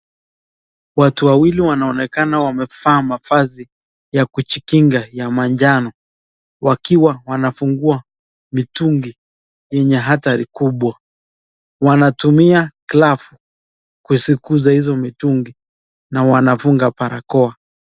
Watu wawili wanaonekana wamevaa mavazi ya kujikinga ya manjano. Wakiwa wanafungua mitungi enye hatari kubwa. Wanatumia glavu kuziguza hizo mitungi.na wanafunga barakoa.